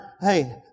hey